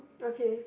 okay